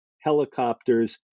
helicopters